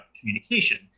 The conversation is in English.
communication